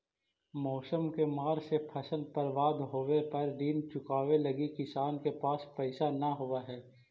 मौसम के मार से फसल बर्बाद होवे पर ऋण चुकावे लगी किसान के पास पइसा न होवऽ हइ